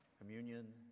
communion